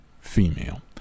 female